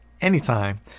anytime